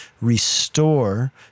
Restore